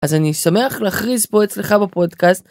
אז אני אשמח להכריז פה אצלך בפודקאסט.